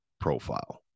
profile